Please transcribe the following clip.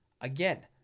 again